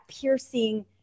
piercing